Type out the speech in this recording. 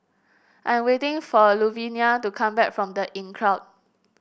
I am waiting for Luvenia to come back from The Inncrowd